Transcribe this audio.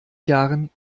jahren